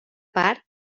part